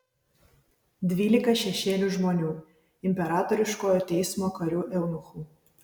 dvylika šešėlių žmonių imperatoriškojo teismo karių eunuchų